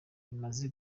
imaze